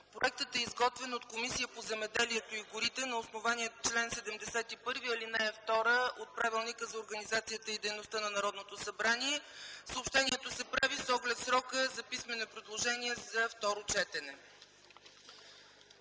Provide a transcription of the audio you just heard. Проектът е изготвен от Комисията по земеделието и горите на основание чл. 71, ал. 2 от Правилника за организацията и дейността на Народното събрание. Съобщението се прави с оглед срока за писмени предложения за второ четене.